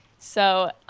so,